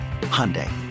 Hyundai